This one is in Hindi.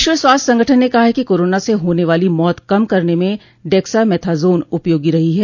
विश्व स्वास्थ्य संगठन ने कहा है कि कोरोना से होने वाली मौत कम करने में डेक्सा मेथाजोन उपयोगी रही है